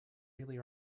really